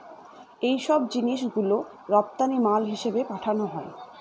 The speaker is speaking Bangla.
এইসব জিনিস গুলো রপ্তানি মাল হিসেবে পাঠানো হয়